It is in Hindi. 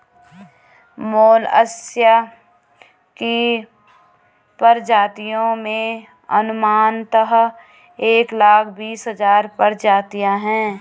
मोलस्क की प्रजातियों में अनुमानतः एक लाख बीस हज़ार प्रजातियां है